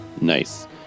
Nice